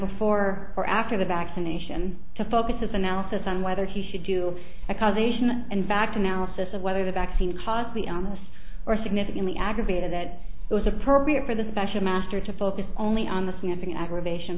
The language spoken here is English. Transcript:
before or after the vaccination to focus his analysis on whether he should do a causation in fact analysis of whether the vaccine caused the illness or significantly aggravated it was appropriate for the special master to focus only on the sniffing aggravation